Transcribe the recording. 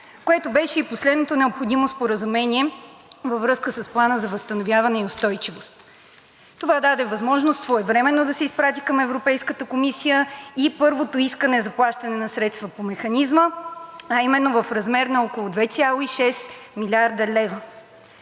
което беше последното необходимо споразумение във връзка с Плана за възстановяване и устойчивост. Това даде възможност своевременно да се изпрати към Европейската комисия и първото искане за плащане на средства по Механизма, а именно в размер на около 2,6 млрд. лв.